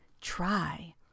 try